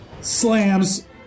slams